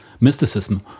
mysticism